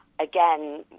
again